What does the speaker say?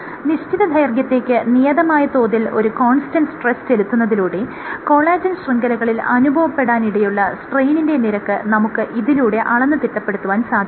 നിശ്ചിത ദൈർഘ്യത്തേക്ക് നിയതമായ തോതിൽ ഒരു കോൺസ്റ്റന്റ് സ്ട്രെസ് ചെലുത്തുന്നതിലൂടെ കൊളാജെൻ ശൃംഖലകളിൽ അനുഭവപ്പെടാനിടയുള്ള സ്ട്രെയ്നിന്റെ നിരക്ക് നമുക്ക് ഇതിലൂടെ അളന്ന് തിട്ടപ്പെടുത്തുവാൻ സാധിക്കും